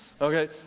okay